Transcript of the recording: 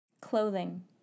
Clothing